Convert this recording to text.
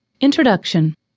Introduction